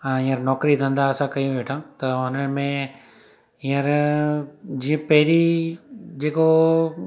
हा हींअर नौकिरी धंधा असां कयूं वेठा त हुनमें हींअर जीअं पहिरियां जेको